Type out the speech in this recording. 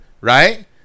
right